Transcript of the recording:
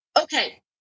okay